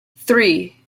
three